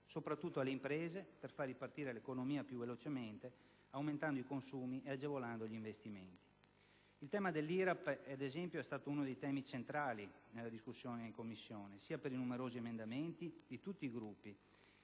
soprattutto alle imprese, per far ripartire l'economia più velocemente, aumentando i consumi e agevolando gli investimenti. Il tema dell'IRAP, ad esempio, è stato uno dei temi centrali nella discussione in Commissione, sia per i numerosi emendamenti presentati da tutti i Gruppi,